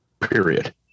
Period